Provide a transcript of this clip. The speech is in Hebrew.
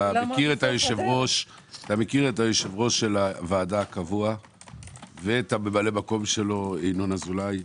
אתה מכיר את יושב-ראש הוועדה הקבוע ואת ממלא מקומו ינון אזולאי,